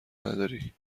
نداری